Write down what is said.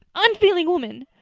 unfeeling woman!